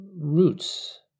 roots